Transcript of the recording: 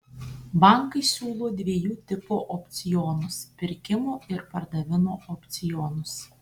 bankai siūlo dviejų tipų opcionus pirkimo ir pardavimo opcionus